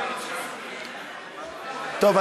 טוב.